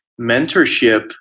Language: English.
mentorship